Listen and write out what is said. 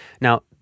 Now